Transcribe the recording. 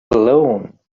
alone